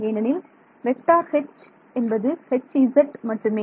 ஏனெனில் vector H என்பது Hz மட்டுமே